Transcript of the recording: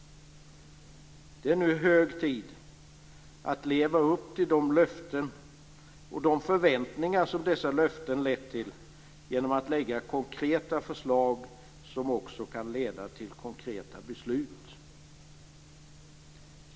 Det är nu hög tid att leva upp till de löften och de förväntningar som dessa löften lett till genom att lägga fram konkreta förslag som också kan leda till konkreta beslut.